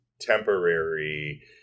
temporary